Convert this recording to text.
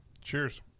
Cheers